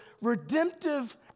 redemptive